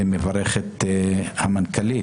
ומברך את המנכ"לית,